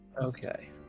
Okay